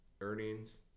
earnings